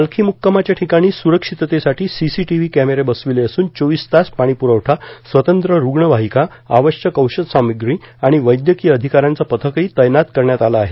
पालखी मुक्कामाच्या विकाणी सुरक्षिततेसाठी सीसीटीव्ही कॅमेरे बसवले असून चोवीस तास पाणीपुरवठा स्वतंत्र रूग्णवाहिका आवश्यक औषधसामुग्री आणि वैद्यकीय अधिकाऱ्यांचं पथकही तैनात करण्यात आलं आहे